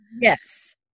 Yes